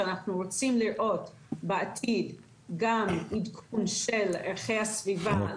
אבל אנחנו רוצים לראות בעתיד גם עדכון של ערכי הסביבה.